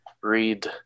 read